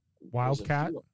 Wildcat